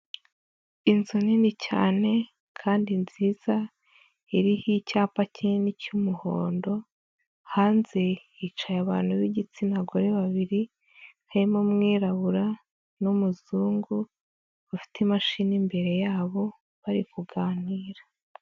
Inzu nini cyane kandi nziza iriho icyapa kinini cy'umuhondo, hanze hicaye abantu b'igitsina gore babiri, harimo umwirabura n'umuzungu bafite imashini imbere yabo bari kuganira.